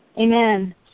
Amen